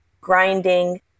grinding